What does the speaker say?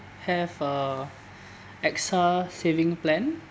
have a AXA saving plan